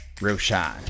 Roshan